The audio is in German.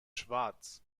schwarz